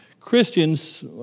Christians